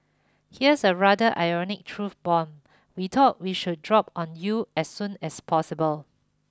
here's a rather ironic truth bomb we thought we should drop on you as soon as possible